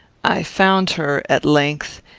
i found her, at length,